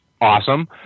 awesome